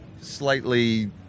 slightly